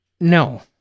No